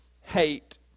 hate